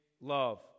love